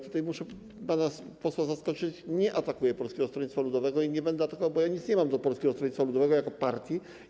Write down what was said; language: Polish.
Tutaj muszę pana posła zaskoczyć, nie atakuję Polskiego Stronnictwa Ludowego i nie będę atakował, bo nic nie mam do Polskiego Stronnictwa Ludowego jako partii.